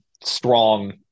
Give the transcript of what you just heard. strong